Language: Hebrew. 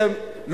שהם,